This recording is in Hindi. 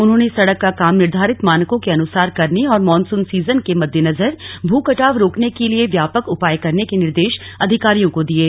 उन्होंने सड़क का काम निर्धारित मानकों के अनुसार करने और मॉनसून सीजन के मद्देनजर भू कटाव रोकने की लिए व्यापक उपाय करने के निर्देश अधिकारियों को दिये